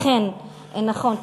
אכן נכון,